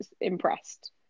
impressed